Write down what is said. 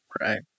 Right